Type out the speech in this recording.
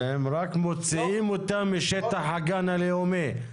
הם רק מוציאים אותה משטח הגן הלאומי.